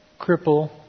cripple